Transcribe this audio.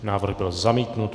Návrh byl zamítnut.